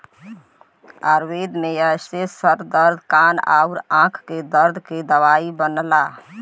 आयुर्वेद में एसे सर दर्द कान आउर आंख के दर्द के दवाई बनला